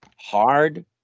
hard